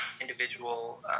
individual